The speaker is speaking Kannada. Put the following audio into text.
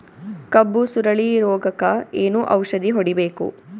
ಕಬ್ಬು ಸುರಳೀರೋಗಕ ಏನು ಔಷಧಿ ಹೋಡಿಬೇಕು?